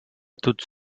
toutes